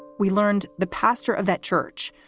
we learned the pastor of that church,